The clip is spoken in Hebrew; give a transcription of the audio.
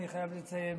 אני חייב לציין,